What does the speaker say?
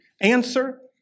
Answer